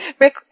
Rick